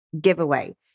giveaway